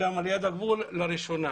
ליד הגבול.